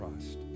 Christ